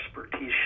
expertise